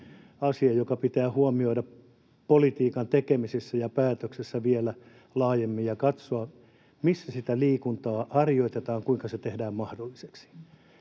asia, joka pitää huomioida politiikan tekemisessä ja päätöksissä vielä laajemmin, on se, että katsotaan, missä liikuntaa harjoitetaan ja kuinka se tehdään mahdolliseksi.